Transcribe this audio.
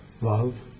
Love